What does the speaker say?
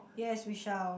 yes we shall